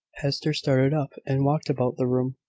hester started up, and walked about the room.